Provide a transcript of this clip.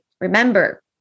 Remember